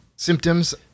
Symptoms